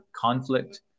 conflict